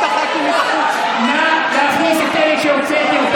נא להכניס את אלה שהוצאתי.